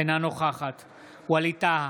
אינה נוכחת ווליד טאהא,